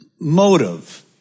motive